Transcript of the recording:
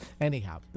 Anyhow